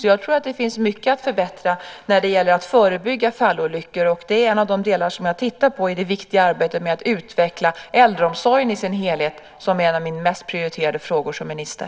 Jag tror att det finns mycket att förbättra när det gäller att förebygga fallolyckor. Det är också en av de delar jag tittar på i det viktiga arbete med att utveckla äldreomsorgen i dess helhet som är en av mina mest prioriterade frågor som minister.